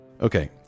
Okay